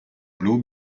blu